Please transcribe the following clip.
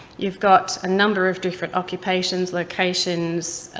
you've got a number of different occupations, locations,